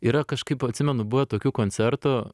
yra kažkaip atsimenu buvę tokių koncertų